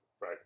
right